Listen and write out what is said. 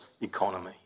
economy